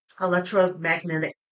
electromagnetic